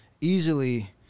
easily